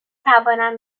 توانم